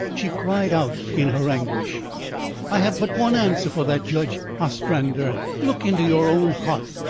she cried out in her anguish i have but one answer for that, judge ostrander. look into your own heart!